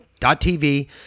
TV